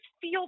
feel